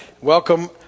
Welcome